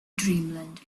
dreamland